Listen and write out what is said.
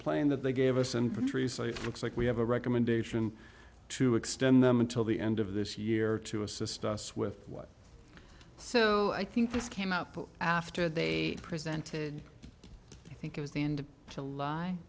plane that they gave us and countries looks like we have a recommendation to extend them until the end of this year to assist us with what so i think this came out after they presented i think it was the end